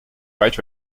right